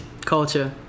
culture